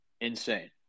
Insane